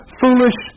foolish